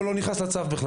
הוא לא נכנס לצו,